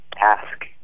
ask